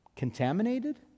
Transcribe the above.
contaminated